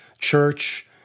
church